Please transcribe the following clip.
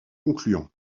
concluant